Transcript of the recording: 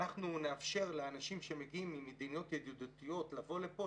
אנחנו נאפשר לאנשים שמגיעים ממדינות ידידותיות לבוא לפה,